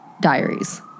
diaries